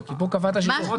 כי פה קבעת שלא.